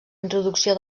introducció